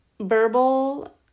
verbal